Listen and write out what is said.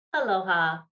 Aloha